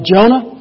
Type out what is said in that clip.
Jonah